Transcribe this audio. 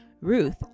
ruth